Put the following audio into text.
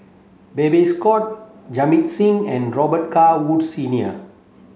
Babes Conde Jamit Singh and Robet Carr Woods Senior